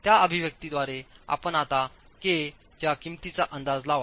त्या अभिव्यक्तीद्वारे आपण आता k च्या किंमतीचा अंदाज लावाल